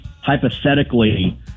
hypothetically